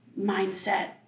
mindset